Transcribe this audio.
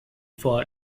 for